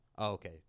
Okay